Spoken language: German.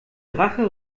drache